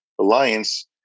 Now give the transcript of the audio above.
alliance